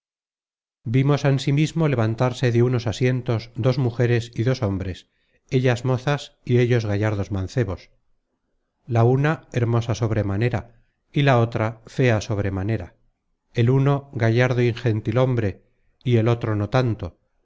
vimos ansimismo levantarse de unos asientos dos mujeres y content from google book search generated at dos hombres ellas mozas y ellos gallardos mancebos la una hermosa sobremanera y la otra fea sobremanera el uno gallardo y gentil hombre y el otro no tanto